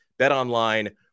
BetOnline